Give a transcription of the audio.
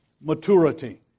maturity